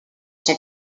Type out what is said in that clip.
son